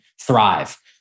Thrive